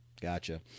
Gotcha